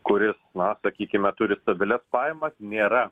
kuris na sakykime turi dideles pajamas nėra